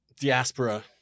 diaspora